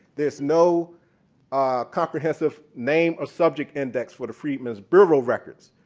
there's no comprehensive name or subject index for the freedmen's bureau records.